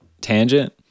tangent